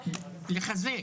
לחזק,